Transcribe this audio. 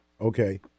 Okay